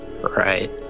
right